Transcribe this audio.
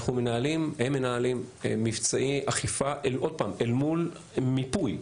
הם מנהלים מבצעי אכיפה אל מול מיפוי,